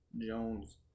Jones